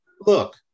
Look